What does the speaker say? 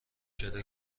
چرا